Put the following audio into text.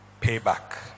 payback